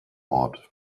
ort